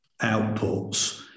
outputs